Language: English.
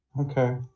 Okay